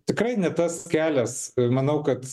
tikrai ne tas kelias manau kad